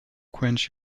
quench